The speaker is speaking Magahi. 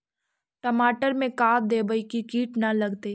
टमाटर में का देबै कि किट न लगतै?